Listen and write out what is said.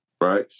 Right